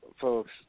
folks